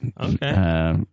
Okay